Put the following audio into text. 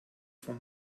von